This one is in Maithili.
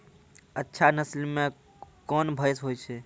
अच्छा नस्ल के कोन भैंस होय छै?